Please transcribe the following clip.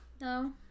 No